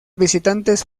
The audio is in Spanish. visitantes